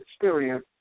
experience